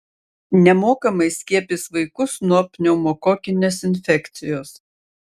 nemokamai skiepys vaikus nuo pneumokokinės infekcijos